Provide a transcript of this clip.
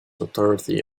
authority